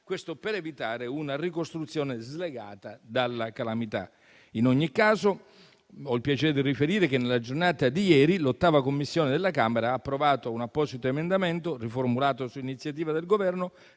per evitare una ricostruzione slegata dalla calamità. In ogni caso, ho il piacere di riferire che nella giornata di ieri l'VIII Commissione della Camera ha approvato un apposito emendamento, riformulato su iniziativa del Governo,